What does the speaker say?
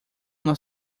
uma